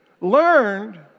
learned